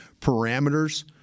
parameters